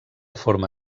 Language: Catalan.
forma